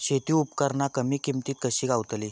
शेती उपकरणा कमी किमतीत कशी गावतली?